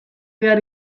behar